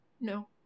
No